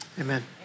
amen